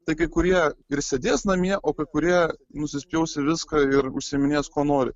tai kai kurie ir sėdės namie o kai kurie nusispjaus į viską ir užsiiminės kuo nori